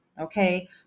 okay